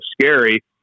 scary